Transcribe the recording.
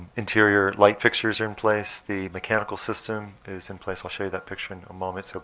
interior light fixtures are in place. the mechanical system is in place. i'll show you that picture in a moment. so